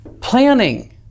Planning